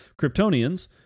Kryptonians